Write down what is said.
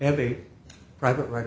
have a private right